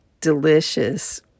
delicious